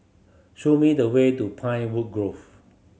show me the way to Pinewood Grove